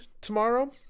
tomorrow